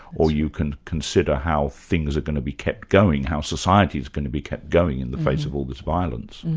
or you can consider how things are going to be kept going, how society's going to be kept going in the face of all this violence.